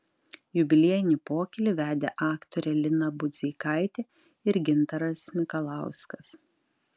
jubiliejinį pokylį vedė aktorė lina budzeikaitė ir gintaras mikalauskas